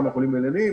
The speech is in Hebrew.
כמה חולים בינוניים.